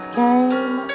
came